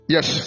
Yes